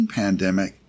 pandemic